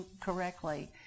correctly